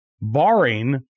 barring